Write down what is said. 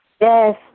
Yes